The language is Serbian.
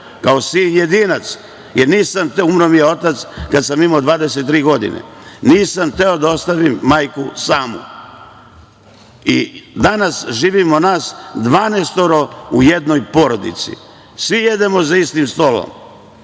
kao sin jedinac, umro mi je otac kada sam imao 23 godina, nisam hteo da ostavim majku samu. Danas živimo nas 12 u jednoj porodici. Svi jedemo za istim stolom.